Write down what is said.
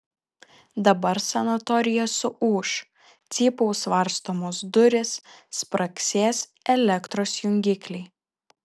dabar sanatorija suūš cypaus varstomos durys spragsės elektros jungikliai